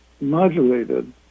modulated